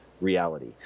reality